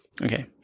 Okay